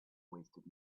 wasted